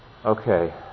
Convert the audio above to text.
Okay